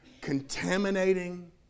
contaminating